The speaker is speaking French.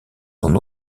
son